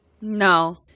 No